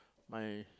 my